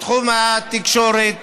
בתחום התקשורת,